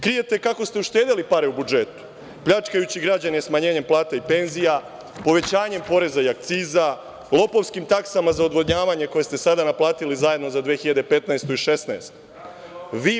Krijete kako ste uštedeli pare u budžetu, pljačkajući građane smanjenjem plata i penzija, povećanjem poreza i akciza, lopovskim taksama za odvodnjavanje, koje ste sada naplatili zajedno za 2015. i 2016. godinu.